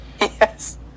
Yes